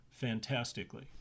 fantastically